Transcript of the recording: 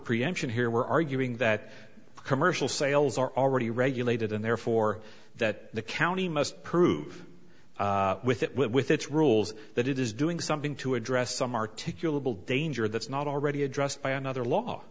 preemption here we're arguing that commercial sales are already regulated and therefore that the county must prove with it with its rules that it is doing something to address some articulable danger that's not already addressed by another law